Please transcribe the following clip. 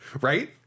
Right